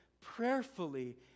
prayerfully